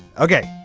ok.